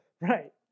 Right